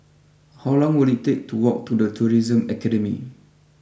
how long will it take to walk to the Tourism Academy